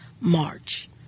March